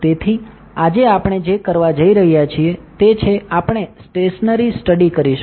તેથી આજે આપણે જે કરવા જઈ રહ્યા છીએ તે છે આપણે સ્ટેશનરી સ્ટડી કરીશું